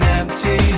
empty